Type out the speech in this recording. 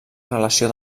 relació